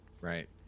Right